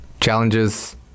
challenges